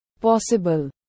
Possible